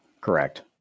correct